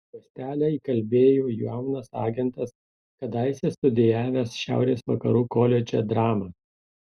juostelę įkalbėjo jaunas agentas kadaise studijavęs šiaurės vakarų koledže dramą